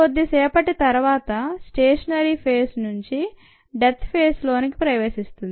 కొద్ది సేపటి తర్వాత స్టేషనరీ ఫేస్ నుంచి డెత్ ఫేస్ లోనికి ప్రవేశిస్తుంది